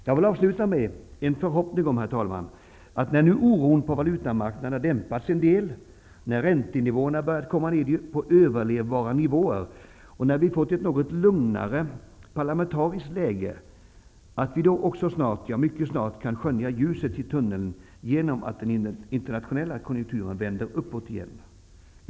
Jag vill avsluta med en förhoppning om, herr talman, att vi när oron på valutamarknaderna dämpats en del, när räntenivåerna börjat komma ned på överlevbara nivåer och när vi fått ett något lugnare parlamentariskt läge mycket snart kan börja skönja ljuset i tunneln genom att den internationella konjunkturen vänder uppåt igen.